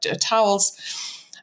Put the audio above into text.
towels